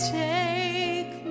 take